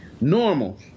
Normal